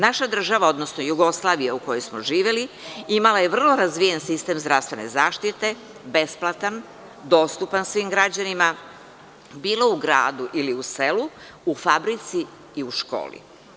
Naša država, odnosno Jugoslavija u kojoj smo živeli, imala je vrlo razvijen sistem zdravstvene zaštite, besplatan, dostupan svim građanima, bilo u gradu ili u selu, u fabrici i u školi.